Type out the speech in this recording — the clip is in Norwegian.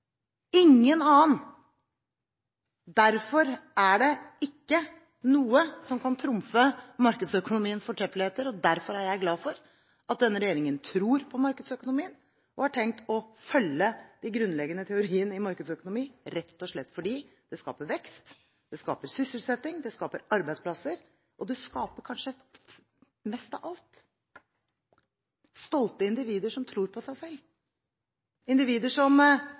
ingen annen. Derfor er det ikke noe som kan trumfe markedsøkonomiens fortreffeligheter, og derfor er jeg glad for at denne regjeringen tror på markedsøkonomien og har tenkt å følge de grunnleggende teoriene i markedsøkonomien, rett og slett fordi det skaper vekst, det skaper sysselsetting, det skaper arbeidsplasser, og det skaper kanskje mest av alt stolte individer som tror på seg selv, individer som